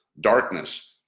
darkness